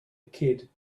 kid